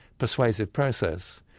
persuasive process.